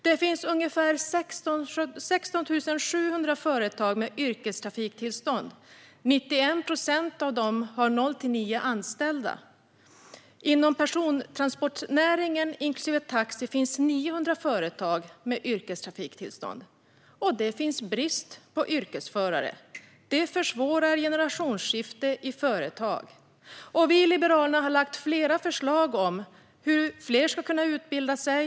Det finns ungefär 16 700 företag med yrkestrafiktillstånd. Av dessa har 91 procent 0-9 anställda. Inom persontransportnäringen inklusive taxibranschen finns 900 företag med yrkestrafiktillstånd. Men det råder brist på yrkesförare. Det försvårar generationsskifte i företag. Liberalerna har lagt fram flera förslag om hur fler ska kunna utbilda sig.